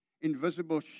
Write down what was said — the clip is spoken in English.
invisible